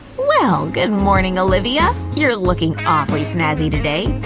well, good morning, olivia! you're looking awfully snazzy today!